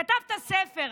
כתבת ספר,